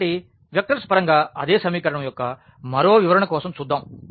కాబట్టి వెక్టర్స్ పరంగా అదే సమీకరణం యొక్క మరో వివరణ కోసం చూద్దాం